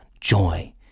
joy